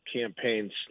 campaigns